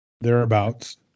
thereabouts